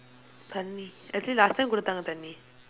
தண்ணீ:thannii actually last time கொடுத்தாங்க தண்ணீ:koduththaangka